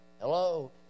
Hello